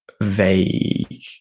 vague